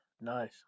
Nice